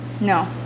no